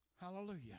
Hallelujah